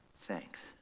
thanks